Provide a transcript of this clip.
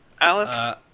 Alice